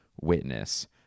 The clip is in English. witness